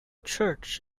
church